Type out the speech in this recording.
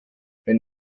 wenn